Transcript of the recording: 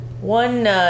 one